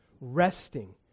resting